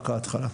רק ההתחלה.